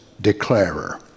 declarer